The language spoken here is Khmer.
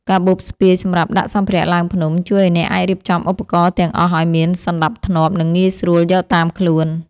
កាបូបស្ពាយសម្រាប់ដាក់សម្ភារៈឡើងភ្នំ ជួយឱ្យអ្នកអាចរៀបចំឧបករណ៍ទាំងអស់ឱ្យមានសណ្ដាប់ធ្នាប់ និងងាយស្រួលយកតាមខ្លួន។